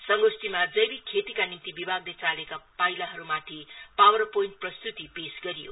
संगोष्ठीमा जैविक खेतीका निम्ति विभागले चालेका पाइलाहरूमाथि पावर पोइन्ट प्रस्तुति पेश गरियो